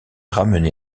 ramené